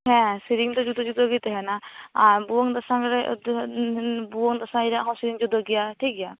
ᱦᱮᱸ ᱥᱮᱨᱮᱧ ᱫᱚ ᱡᱩᱫᱟᱹ ᱡᱩᱫᱟᱹ ᱜᱮ ᱛᱟᱦᱮᱸᱱᱟ ᱟᱨ ᱵᱷᱩᱣᱟ ᱝ ᱫᱟᱥᱟᱸᱭ ᱨᱮ ᱫᱮ ᱮ ᱮᱸ ᱵᱷᱩᱣᱟ ᱝ ᱫᱟᱥᱟᱸᱭ ᱨᱮᱭᱟᱜ ᱦᱚᱸ ᱥᱮᱨᱮᱧ ᱡᱩᱫᱟᱹ ᱜᱮᱭᱟ ᱴᱷᱤᱠᱜᱮᱭᱟ